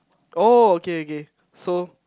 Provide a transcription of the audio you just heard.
oh okay okay so